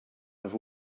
i’ve